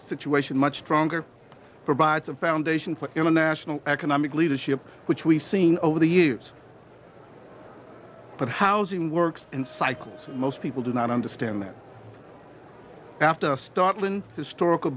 situation much stronger provides a foundation for international economic leadership which we've seen over the years but housing works in cycles most people do not understand that after a startling historical